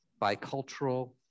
bicultural